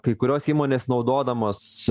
kai kurios įmonės naudodamos